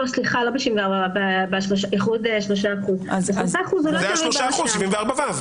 סליחה, לא ב-74ו, באיחוד 3%. ב-7א1,